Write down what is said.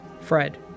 Fred